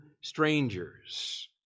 strangers